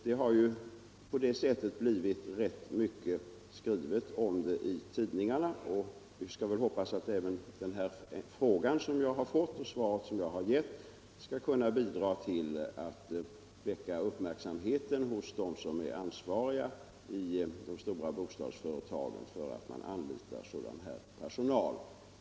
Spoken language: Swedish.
Det har på det sättet skrivits rätt mycket om denna sak i tidningarna. Vi skall väl hoppas att även fru Lewén-Eliassons fråga och det svar jag har givit skall bidra till att rikta uppmärksamheten på detta hos dem som i de stora bostadsföretagen är ansvariga för att man anlitar sådan här personal.